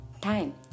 time